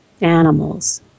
animals